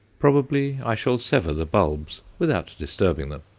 probably i shall sever the bulbs without disturbing them,